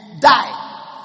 die